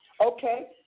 Okay